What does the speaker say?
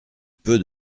peu